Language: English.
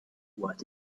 what